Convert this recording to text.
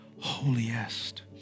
holiest